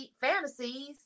fantasies